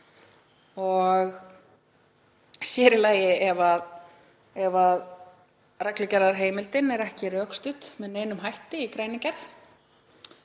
er, sér í lagi ef reglugerðarheimildin er ekki rökstudd með neinum hætti í greinargerð.